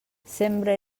sembre